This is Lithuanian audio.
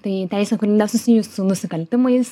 tai teisė kuri nesusijus su nusikaltimais